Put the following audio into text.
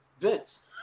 Vince